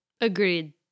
Agreed